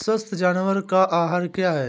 स्वस्थ जानवर का आहार क्या है?